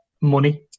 money